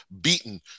beaten